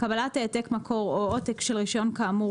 קבלת העתק מקור או עותק של רישיון כאמור